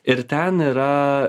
ir ten yra